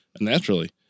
naturally